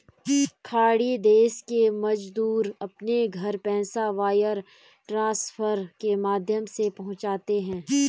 खाड़ी देश के मजदूर अपने घर पैसा वायर ट्रांसफर के माध्यम से पहुंचाते है